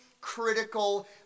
critical